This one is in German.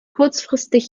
kurzfristig